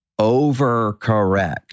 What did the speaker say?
overcorrect